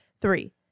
Three